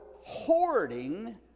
hoarding